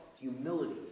humility